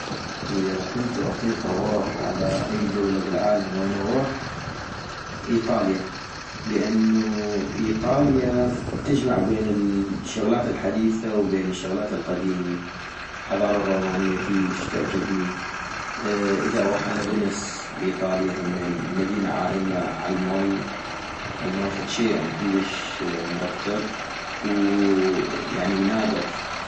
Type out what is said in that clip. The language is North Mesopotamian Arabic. اذا كنتو اطيق اغوح على اي دولة بالعالم وين اغوح ؟ ايطاليا - لانو ايطاليا تجمع بين الشغلات الحديثة والشغلات القديمي -الحضارة الرومانية كلش تعجبني - اذا اغوح على فينيس بايطاليا همين مدينة عائمة عالمي- عالماي، فد شي كلش مرتب ووويعني نادر